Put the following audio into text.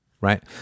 Right